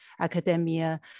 academia